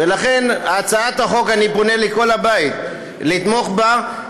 ולכן הצעת החוק, אני פונה לכל הבית לתמוך בה.